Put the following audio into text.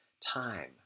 time